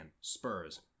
Spurs